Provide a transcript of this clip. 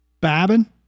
Babin